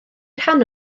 rhan